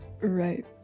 Right